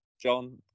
John